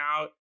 out